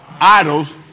idols